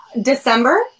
December